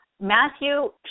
Matthew